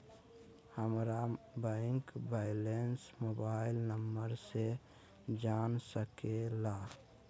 हमारा bank balance mobile number से जान सके ला?